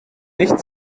nicht